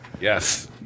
Yes